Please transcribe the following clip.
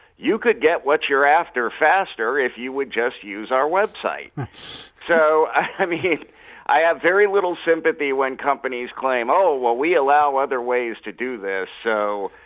you could get what you're after faster if you would just use our website. so, i mean i have very little sympathy when companies claim oh well we allow other ways to do this. so,